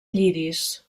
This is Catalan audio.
lliris